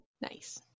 Nice